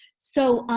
so,